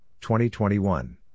2021